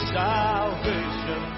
salvation